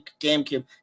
GameCube